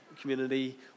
community